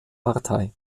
partei